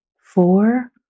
four